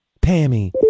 Pammy